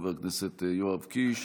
חבר הכנסת יואב קיש.